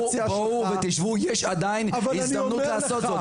תבואו ותאמרו שעדיין יש הזדמנות לעשות זאת.